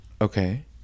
Okay